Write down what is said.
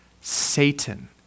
Satan